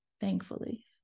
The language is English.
thankfully